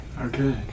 Okay